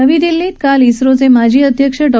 नवी दिल्लीत काल इस्रोचे माजी अध्यक्ष डॉ